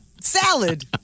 salad